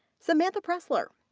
samantha presslor.